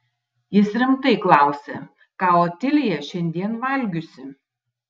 jis rimtai klausia ką otilija šiandien valgiusi